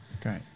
Okay